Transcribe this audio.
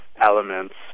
elements